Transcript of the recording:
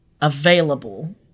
available